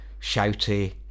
shouty